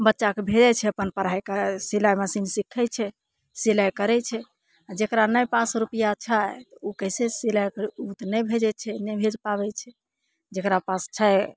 बच्चाके भेजय छै अपन पढ़ाइके सिलाइ मशीन सिखय छै सिलाइ करय छै आओर जकरा नहि पास रुपैआ छै उ कैसे सिलाइ उ तऽ नहि भेजय छै नहि भेज पाबय छै जकरा पास छै